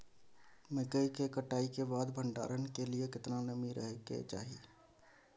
मकई के कटाई के बाद भंडारन के लिए केतना नमी रहै के चाही?